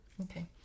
Okay